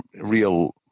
real